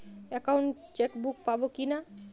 Account chequebook পাবো কি না?